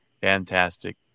fantastic